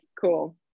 cool